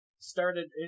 started